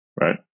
right